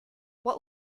what